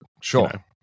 sure